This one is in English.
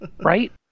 right